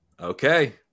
Okay